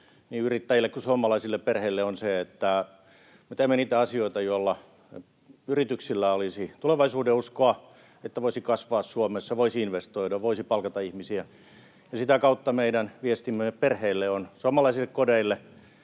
niin yrittäjille kuin suomalaisille perheille ovat, että me teemme niitä asioita, joilla yrityksillä olisi tulevaisuudenuskoa, että voisi kasvaa Suomessa, voisi investoida ja voisi palkata ihmisiä, ja sitä kautta meidän viestimme perheille ja suomalaisille kodeille